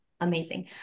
Amazing